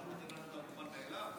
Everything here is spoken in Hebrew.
שהוא נותן לנו את המובן מאליו?